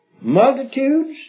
multitudes